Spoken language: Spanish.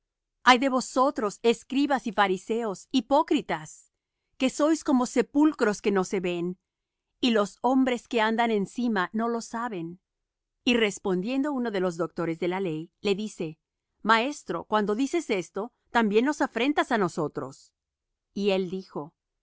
ay de vosotros escribas y fariseos hipócritas que sois como sepulcros que no se ven y los hombres que andan encima no lo saben y respondiendo uno de los doctores de la ley le dice maestro cuando dices esto también nos afrentas á nosotros y él dijo